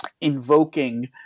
invoking